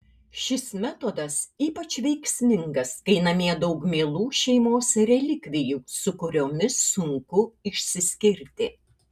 šis metodas ypač veiksmingas kai namie daug mielų šeimos relikvijų su kuriomis sunku išsiskirti